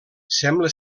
sembla